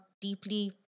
deeply